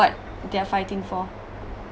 what they are fighting for